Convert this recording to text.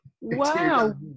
wow